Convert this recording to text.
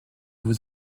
vous